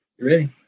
ready